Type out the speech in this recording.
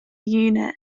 unit